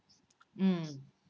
mm